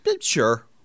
sure